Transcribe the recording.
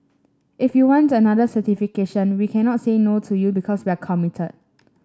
if you want another certification we cannot saying no to you because we're committed